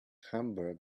hamburg